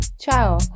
Ciao